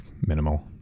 minimal